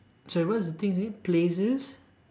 sorry what's the thing again places